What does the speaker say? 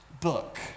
book